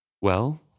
Well